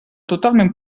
totalment